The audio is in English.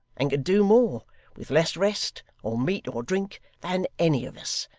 and can do more with less rest, or meat, or drink, than any of us.